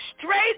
straight